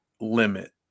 limit